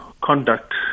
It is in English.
conduct